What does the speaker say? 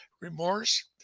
remorse